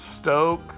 stoke